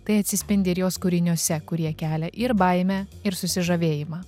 tai atsispindi ir jos kūriniuose kurie kelia ir baimę ir susižavėjimą